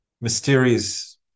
mysterious